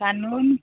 कानून